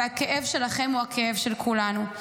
והכאב שלכם הוא הכאב של כולנו.